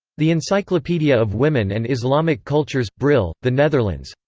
the encyclopedia of women and islamic cultures brill, the netherlands.